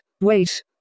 wait